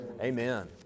Amen